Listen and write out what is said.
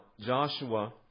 Joshua